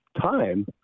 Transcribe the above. time